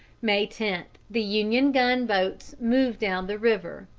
may ten, the union gun-boats moved down the river.